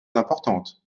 importante